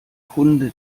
kunde